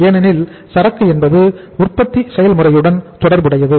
ஏனெனில் சரக்கு என்பது உற்பத்தி செயல்முறையுடன் தொடர்புடையது